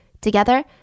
Together